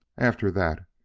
after that,